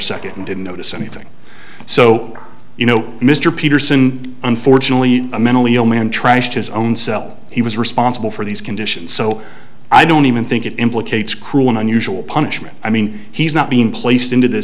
and didn't notice anything so you know mr peterson unfortunately a mentally ill man trashed his own cell he was responsible for these conditions so i don't even think it implicates cruel and unusual punishment i mean he's not being placed into th